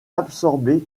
absorbée